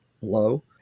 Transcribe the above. low